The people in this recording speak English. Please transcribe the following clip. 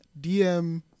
DM